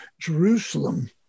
Jerusalem